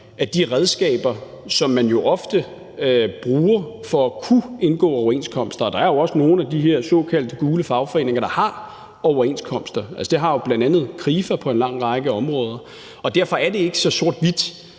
af de redskaber, som man jo ofte bruger for at kunne indgå overenskomster. Der er jo også nogle af de her såkaldte gule fagforeninger, der har overenskomst – altså, det har bl.a. Krifa på en lang række områder. Og derfor er det ikke nødvendigvis